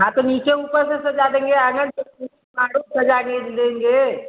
हाँ तो नीचे ऊपर से सजा देंगे अगर माडो सजा देंगे